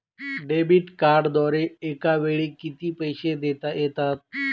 Debit कार्डद्वारे एकावेळी किती पैसे देता येतात?